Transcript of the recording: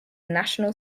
national